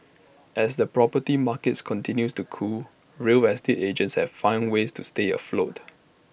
as the property markets continues to cool real estate agents have find ways to stay afloat